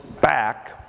back